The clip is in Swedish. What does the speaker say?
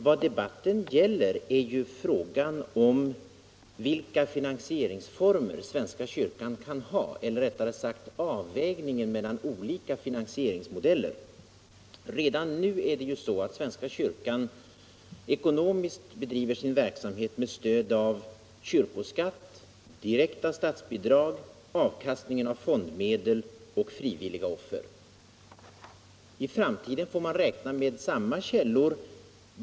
Vad debatten gäller är frågan om vilka finansieringsformer svenska kyrkan kan ha -— eller rättare sagt avvägningen mellan olika finansieringsmodeller. Redan nu bedriver svenska kyrkan sin verksamhet ekonomiskt med stöd av kyrkoskatt, direkta statsbidrag, avkastningen av fondmedel och frivilliga offer. I framtiden får man räkna med samma källor.